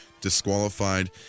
disqualified